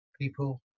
people